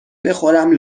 بخورم